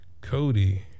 Cody